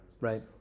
right